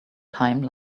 time